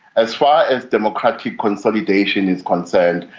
as far as democratic consolidation is concerned,